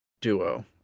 duo